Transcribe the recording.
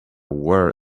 word